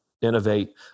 Innovate